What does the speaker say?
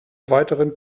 weiteren